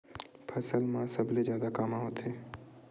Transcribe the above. फसल मा सबले जादा कामा होथे?